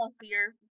healthier